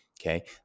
Okay